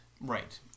right